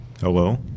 Hello